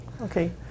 Okay